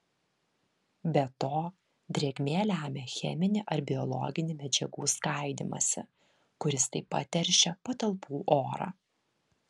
be to drėgmė lemia cheminį ar biologinį medžiagų skaidymąsi kuris taip pat teršia patalpų orą